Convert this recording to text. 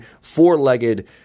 four-legged